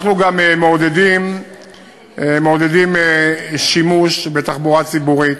אנחנו גם מעודדים שימוש בתחבורה ציבורית,